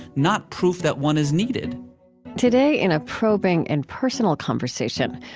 not proof that one is needed today, in a probing and personal conversation,